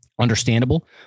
understandable